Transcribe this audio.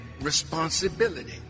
responsibility